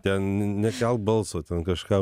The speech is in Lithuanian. ten nekelk balso ten kažką